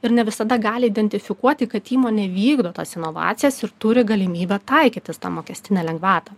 ir ne visada gali identifikuoti kad įmonė vykdo tas inovacijas ir turi galimybę taikyti tą mokestinę lengvatą